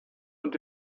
und